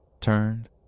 turned